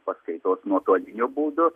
paskaitos nuotoliniu būdu